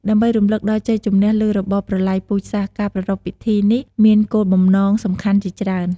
ដើម្បីរំឭកដល់ជ័យជម្នះលើរបបប្រល័យពូជសាសន៍ការប្រារព្ធពិធីនេះមានគោលបំណងសំខាន់ជាច្រើន។